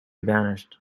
vanished